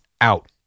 out